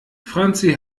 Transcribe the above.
franzi